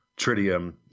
tritium